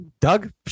Doug